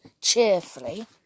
cheerfully